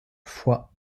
foix